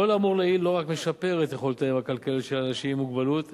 כל האמור לעיל לא רק משפר את יכולותיהם הכלכליות של אנשים עם מוגבלות,